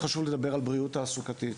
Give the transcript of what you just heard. חשוב לדבר על בריאות תעסוקתית,